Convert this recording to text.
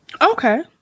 Okay